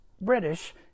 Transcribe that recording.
british